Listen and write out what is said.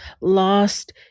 lost